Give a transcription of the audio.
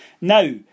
Now